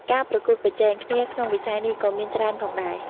ការប្រកួតប្រជែងគ្នាក្នុងវិស័យនេះក៏មានច្រើនផងដែរ។